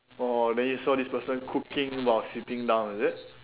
orh then you saw this person cooking while sitting down is it